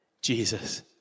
Jesus